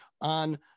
on